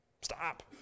stop